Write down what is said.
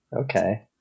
Okay